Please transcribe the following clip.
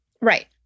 Right